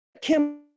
Kim